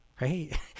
right